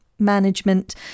management